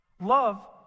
Love